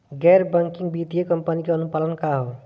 गैर बैंकिंग वित्तीय कंपनी के अनुपालन का ह?